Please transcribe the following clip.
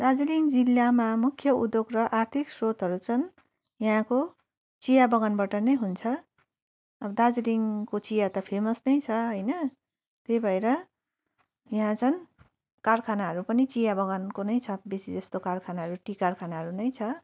दार्जिलिङ जिल्लामा मुख्य उद्योग र आर्थिक स्रोतहरू चाहिँ यहाँको चियाबगानबाट नै हुन्छ अब दार्जिलिङको चिया त फेमस नै छ होइन त्यही भएर यहाँ चाहिँ कार्खानाहरू पनि चियाबगानको नै छ बेसी जस्तो कारखानाहरू टी कार्खानाहरू नै छ